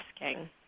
asking